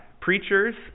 preachers